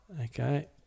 Okay